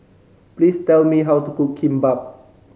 please tell me how to cook Kimbap